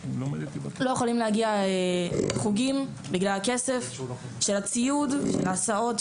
לא יכולים להגיע לחוגים בגלל כסף, ציוד, הסעות.